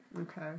Okay